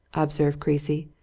observed creasy,